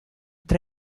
tra